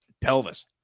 pelvis